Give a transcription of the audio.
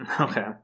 Okay